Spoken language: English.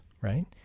right